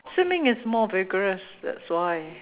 swimming is more vigorous that's why